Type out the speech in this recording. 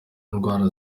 ndwara